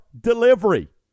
delivery